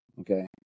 Okay